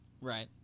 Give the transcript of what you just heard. Right